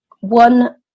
one